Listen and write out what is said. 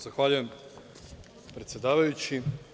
Zahvaljujem, predsedavajući.